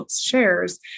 shares